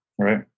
Right